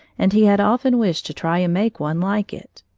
and he had often wished to try and make one like it.